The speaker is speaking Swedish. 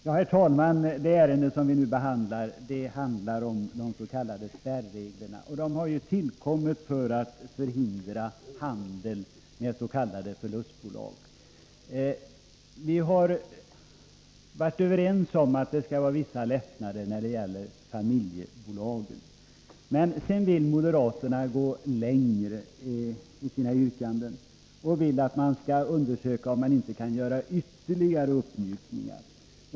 Herr talman! Det ärende som vi nu behandlar handlar om de s.k. spärreglerna. Dessa har ju tillkommit för att förhindra handel med s.k. förlustbolag. Vi har varit överens om att det skall vara vissa lättnader när det gäller familjebolagen, men sedan vill moderaterna gå längre. De vill låta undersöka om det går att göra ytterligare uppmjukningar.